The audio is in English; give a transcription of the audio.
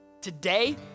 Today